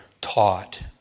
taught